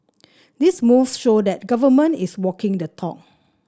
these moves show that the Government is walking the talk